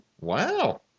Wow